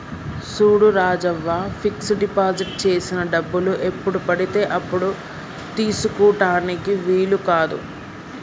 చూడు Rajavva fix deposit చేసిన డబ్బులు ఎప్పుడు పడితే అప్పుడు తీసుకుటానికి వీలు కాదు